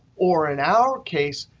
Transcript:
or in our case,